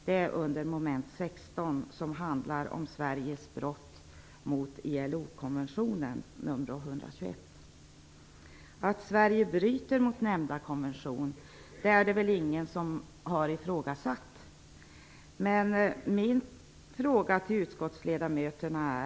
Det är under mom. 16 som handlar om Sveriges brott mot ILO Att Sverige bryter mot nämnda konvention är det nog ingen som har ifrågasatt. Jag vill ställa en fråga till utskottsledamöterna.